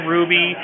Ruby